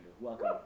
welcome